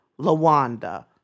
Lawanda